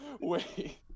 wait